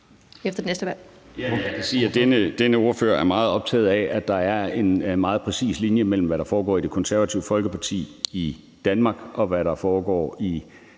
efter næste valg.